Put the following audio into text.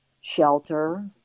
shelter